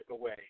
away